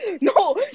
No